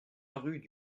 rue